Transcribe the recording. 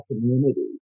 community